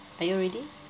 are you ready